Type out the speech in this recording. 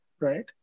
right